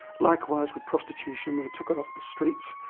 likewise with prostitution, they took it off the streets,